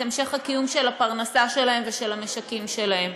המשך הקיום של הפרנסה שלהם ושל המשקים שלהם.